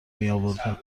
میاوردم